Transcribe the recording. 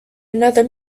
another